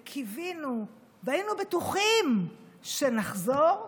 וקיווינו, והיינו בטוחים שנחזור,